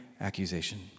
accusation